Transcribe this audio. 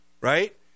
right